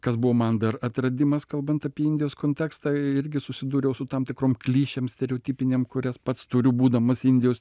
kas buvo man dar atradimas kalbant apie indijos kontekstą irgi susidūriau su tam tikrom klišėm stereotipinėm kurias pats turiu būdamas indijos